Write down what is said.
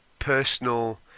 personal